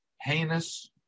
heinous